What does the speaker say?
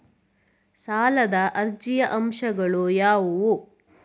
ಸಾಲದ ಅರ್ಜಿಯ ಅಂಶಗಳು ಯಾವುವು?